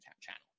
channel